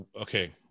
okay